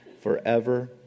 forever